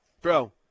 bro